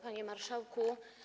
Panie Marszałku!